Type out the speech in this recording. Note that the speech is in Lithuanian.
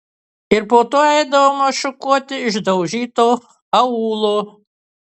ir po to eidavome šukuoti išdaužyto aūlo